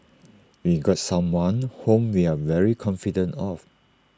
we got someone whom we are very confident of